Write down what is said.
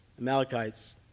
Amalekites